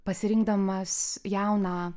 pasirinkdamas jauną